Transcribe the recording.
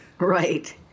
Right